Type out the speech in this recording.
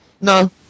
No